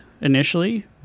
initially